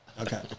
Okay